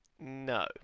No